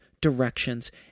directions